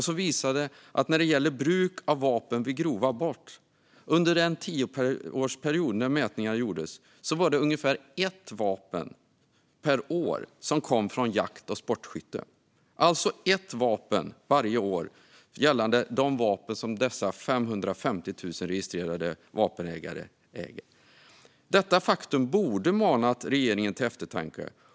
Den visade att under den tioårsperiod då man gjorde mätningar av bruk av vapen vid grova brott kom ungefär ett vapen per år från jakt eller sportskytte. Det kom alltså varje år ett vapen från de vapen som registrerats av 550 000 vapenägare. Detta faktum borde manat regeringen till eftertanke.